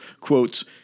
quotes